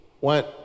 went